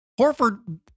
Horford